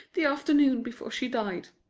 the afternoon before she died.